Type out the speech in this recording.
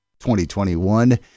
2021